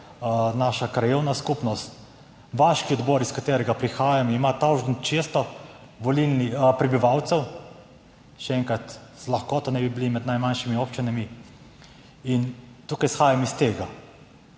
naša krajevna skupnost. Vaški odbor, iz katerega prihajam, ima tisoč 600 prebivalcev. Še enkrat, z lahkoto ne bi bili med najmanjšimi občinami. Tukaj izhajam iz tega,